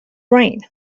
brain